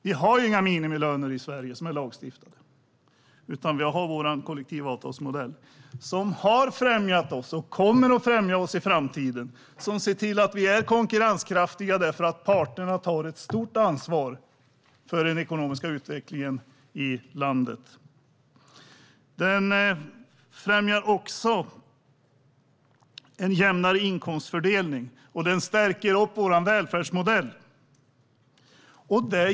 Vi har inga lagstiftade minimilöner i Sverige, utan vi har vår kollektivavtalsmodell som har främjat oss, som kommer att främja oss i framtiden och som ser till att vi är konkurrenskraftiga genom att parterna tar ett stort ansvar för den ekonomiska utvecklingen i landet. Kollektivavtalsmodellen främjar också en jämnare inkomstfördelning och stärker vår välfärdsmodell.